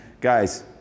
guys